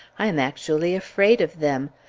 i am actually afraid of them.